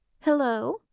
Hello